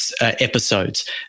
episodes